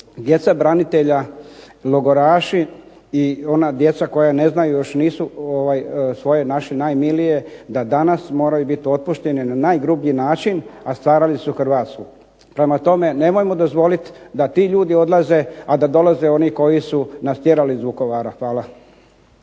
djeca branitelja, logoraši i ona djeca koja ne znaju još nisu svoje našli najmilije da danas moraju biti otpušteni na najgrublji način, a stvarali su Hrvatsku. Prema tome, nemojmo dozvoliti da ti ljudi odlaze, a da dolaze oni koji su nas tjerali iz Vukovara. Hvala.